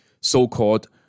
so-called